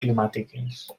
climàtiques